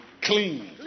clean